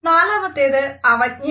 നാലാമത്തേത് അവജ്ഞയാണ്